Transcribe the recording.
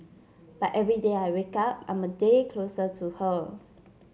but every day I wake up I'm a day closer to her